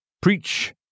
Preach